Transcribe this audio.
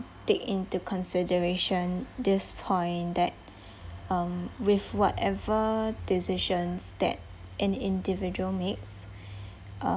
take into consideration this point that um with whatever decisions that an individual makes uh